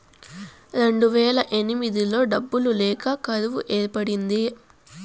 రెండువేల ఎనిమిదిలో డబ్బులు లేక కరువు ఏర్పడింది